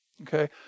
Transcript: okay